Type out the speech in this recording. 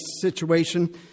situation